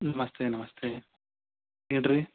ನಮಸ್ತೆ ನಮಸ್ತೆ ಹೇಳಿರಿ